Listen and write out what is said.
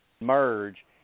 merge